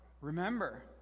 Remember